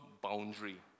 boundary